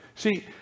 see